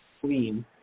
clean